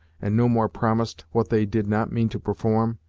and no more promised what they did not mean to perform,